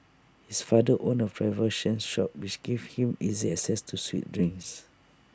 his father owned A provision shop which gave him easy access to sweet drinks